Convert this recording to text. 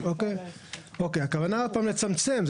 הכוונה היא לצמצם.